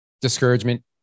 discouragement